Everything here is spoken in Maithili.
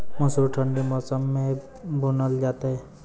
मसूर ठंडी मौसम मे बूनल जेतै?